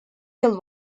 yıl